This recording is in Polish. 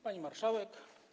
Pani Marszałek!